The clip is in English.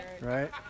Right